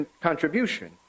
contribution